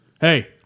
Hey